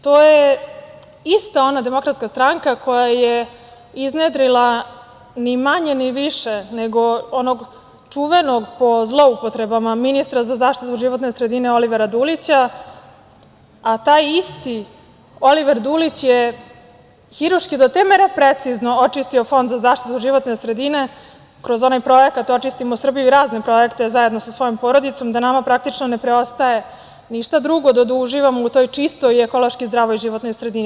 To je ista ona Demokratska stranka koja je iznedrila ni manje, ni više nego onog čuvenog po zloupotrebama ministra za zaštitu životne sredine Olivera Dulića, a taj isti Oliver Dulić je hirurški do te mere precizno očisti Fond za zaštitu životne kroz onaj projekat – Očistimo Srbiju i razne projekte zajedno sa svojom porodicom da nama praktično ne preostaje ništa drugo do da uživamo u toj čistoj i ekološki zdravoj životnoj sredini.